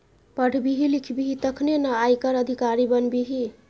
पढ़बिही लिखबिही तखने न आयकर अधिकारी बनबिही